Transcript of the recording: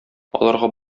аларга